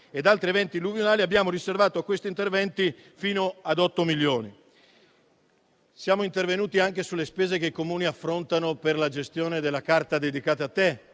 e da altri eventi alluvionali. A questi interventi abbiamo riservato fino ad 8 milioni. Siamo intervenuti anche sulle spese che i Comuni affrontano per la gestione della Carta dedicata a te,